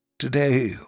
Today